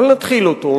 אבל נתחיל אותו,